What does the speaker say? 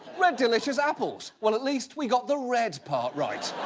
red delicious apples. well, at least we got the red part right!